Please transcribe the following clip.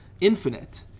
infinite